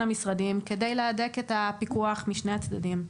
המשרדים כדי להדק את הפיקוח משני הצדדים.